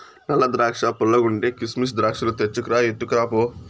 నల్ల ద్రాక్షా పుల్లగుంటే, కిసిమెస్ ద్రాక్షాలు తెచ్చుకు రా, ఎత్తుకురా పో